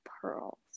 pearls